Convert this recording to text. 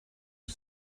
who